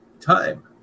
time